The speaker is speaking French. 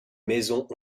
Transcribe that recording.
maisons